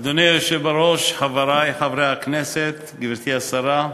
אדוני היושב בראש, חברי חברי הכנסת, גברתי השרה,